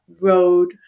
road